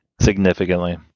Significantly